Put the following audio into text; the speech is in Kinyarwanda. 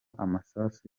amasasu